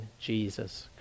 Jesus